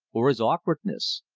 or his awkwardness,